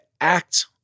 act